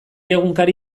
egunkari